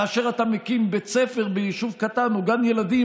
כאשר אתה מקים בית ספר ביישוב קטן או גן ילדים,